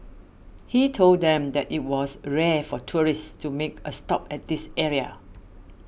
he told them that it was rare for tourists to make a stop at this area